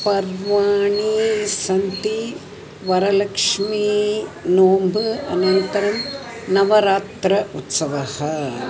पर्वाणि सन्ति वरलक्ष्मी नोम्बु अनन्तरं नवरात्र उत्सवः